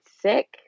sick